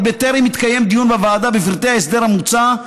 עוד בטרם התקיים דיון בוועדה בפרטי ההסדר המוצע,